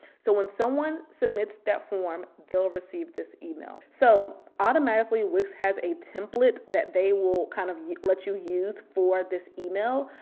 so when someone submits that form, they'll receive this email. so automatically wix has a template that they will kind of let you use for this email.